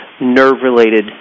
nerve-related